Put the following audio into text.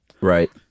Right